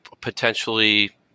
potentially